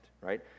Right